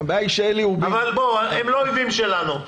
אבל בוא, הם לא אויבים שלנו.